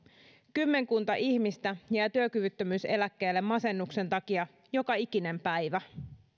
kymmenkunta ihmistä jää työkyvyttömyyseläkkeelle masennuksen takia joka ikinen päivä